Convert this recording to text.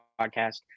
podcast